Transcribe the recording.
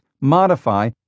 modify